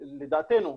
לדעתנו,